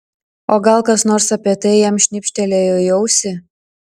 o gal kas nors apie tai jam šnibžtelėjo į ausį